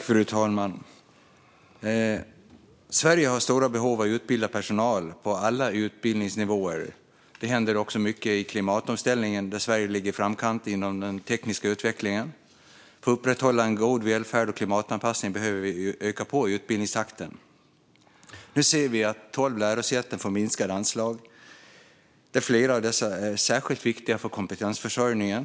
Fru talman! Sverige har stora behov av utbildad personal på alla utbildningsnivåer. Det händer också mycket i klimatomställningen där Sverige ligger i framkant inom den tekniska utvecklingen. För att upprätthålla en god välfärd och göra klimatanpassningar behöver utbildningstakten ökas. Nu får tolv lärosäten minskade anslag. Flera av dem är särskilt viktiga för kompetensförsörjningen.